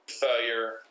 Failure